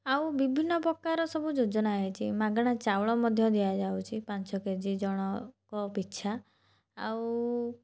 ଆଉ ବିଭିନ୍ନ ପ୍ରକାର ସବୁ ଯୋଜନା ହେଇଛି ମାଗଣା ଚାଉଳ ମଧ୍ୟ ଦିଆଯାଉଛି ପାଞ୍ଚ କେ ଜି ଜଣଙ୍କ ପିଛା ଆଉ